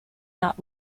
not